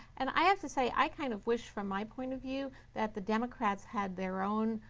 and i have to say, i kind of wish from my point of view, that the democrats had their own